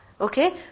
okay